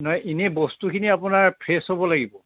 নাই এনেই বস্তুখিনি আপোনাৰ ফ্ৰেছ হ'ব লাগিব